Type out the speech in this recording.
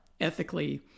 ethically